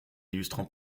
illustrant